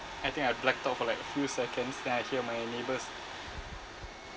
I think I blacked off for like a few seconds then I hear my neighbours